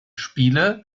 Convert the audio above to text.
spiele